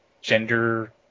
gender